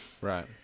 right